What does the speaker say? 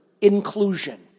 inclusion